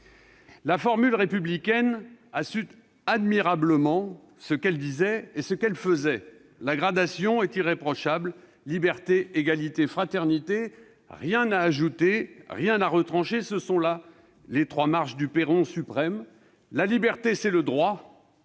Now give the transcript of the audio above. la formule républicaine a su admirablement ce qu'elle disait et ce qu'elle faisait ; la gradation [...] est irréprochable. Liberté, Égalité, Fraternité. Rien à ajouter, rien à retrancher. Ce sont là les trois marches du perron suprême. La liberté, c'est le droit,